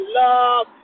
love